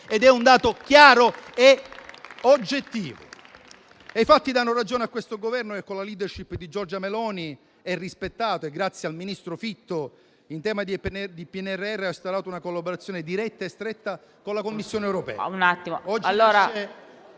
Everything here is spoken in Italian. È un dato chiaro e oggettivo. I fatti danno ragione a questo Governo che, con la *leadership* di Giorgia Meloni e grazie al ministro Fitto in tema di PNRR, ha instaurato una collaborazione diretta e stretta con la Commissione europea.